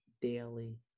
daily